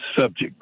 subject